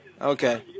Okay